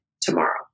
tomorrow